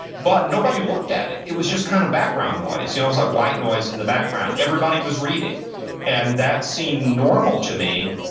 but nobody looked at it. it was just kind of background noise. it you know was like white noise in the background. everybody was reading and that seemed normal to me.